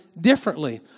differently